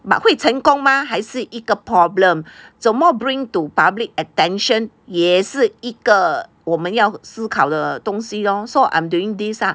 but 会成功吗还是一个 problem 怎么 bring to public attention 也是一个我们要思考的东西 lor so I'm doing this lah